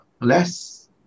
less